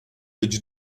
być